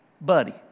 buddy